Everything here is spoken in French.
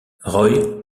roy